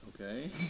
Okay